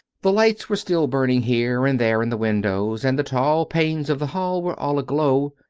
the lights were still burning here and there in the windows, and the tall panes of the hall were all aglow,